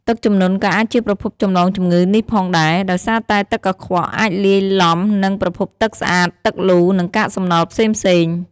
ទឹកជំនន់ក៏អាចជាប្រភពចម្លងជំងឺនេះផងដែរ ដោយសារតែទឹកកខ្វក់អាចលាយឡំនឹងប្រភពទឹកស្អាត ទឹកលូ និងកាកសំណល់ផ្សេងៗ